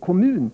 kommun.